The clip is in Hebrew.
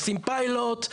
עושים פיילוט,